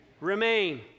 remain